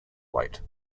weight